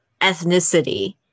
ethnicity